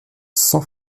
sans